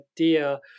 idea